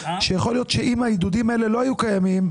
שיכול להיות שאם העידודים האלה לא היו קיימים,